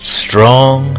strong